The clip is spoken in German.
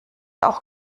auch